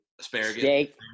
asparagus